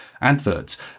adverts